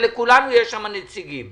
ולכולנו יש שם נציגים.